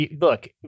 look